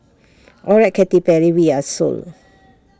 alright Katy Perry we're sold